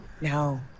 No